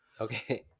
Okay